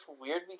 weird